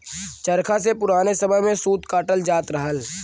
चरखा से पुराने समय में सूत कातल जात रहल